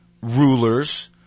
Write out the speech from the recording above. rulers